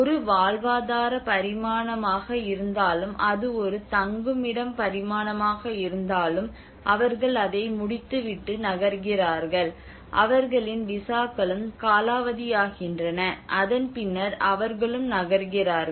ஒரு வாழ்வாதார பரிமாணமாக இருந்தாலும் அது ஒரு தங்குமிடம் பரிமாணமாக இருந்தாலும் அவர்கள் அதை முடித்துவிட்டு நகர்கிறார்கள் அவர்களின் விசாக்களும் காலாவதியாகின்றன அதன் பின்னர் அவர்களும் நகர்கிறார்கள்